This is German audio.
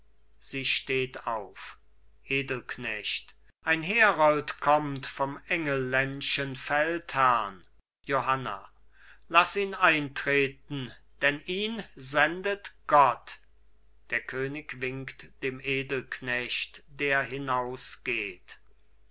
sie steht auf edelknecht ein herold kommt vom engelländschen feldherrn johanna laß ihn eintreten denn ihn sendet gott der könig winkt dem edelknecht der